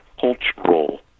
cultural